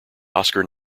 oscar